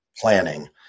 planning